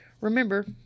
Remember